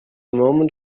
moment